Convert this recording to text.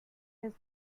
this